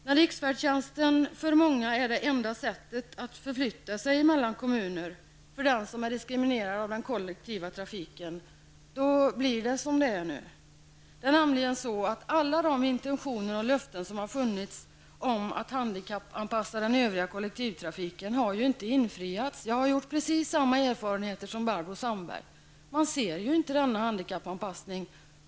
När riksfärdtjänsten, för många som är diskriminerade av den kollektiva trafiken är det enda sättet att förflytta sig mellan kommuner blir det som det är nu. Alla intentioner och löften som har funnits om att handikappanpassa den övriga kollektivtrafiken har nämligen inte infriats. Jag har gjort precis samma erfarenheter som Barbro Sandberg.